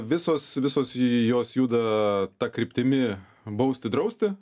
visos visos jos juda ta kryptimi bausti drausti